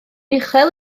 uchel